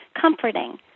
comforting